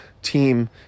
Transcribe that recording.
team